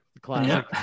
Classic